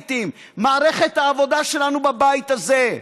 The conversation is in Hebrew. לעיתים: מערכת העבודה שלנו בבית הזה.